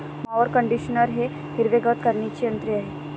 mower conditioner हे हिरवे गवत काढणीचे यंत्र आहे